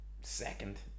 second